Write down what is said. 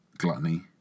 Gluttony